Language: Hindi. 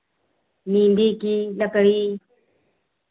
नीम्बी की लकड़ी